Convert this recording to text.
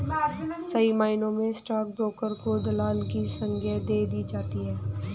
सही मायनों में स्टाक ब्रोकर को दलाल की संग्या दे दी जाती है